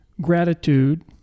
gratitude